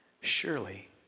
Surely